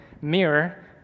mirror